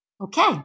Okay